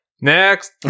Next